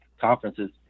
conferences